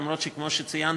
למרות שכמו שציינתי,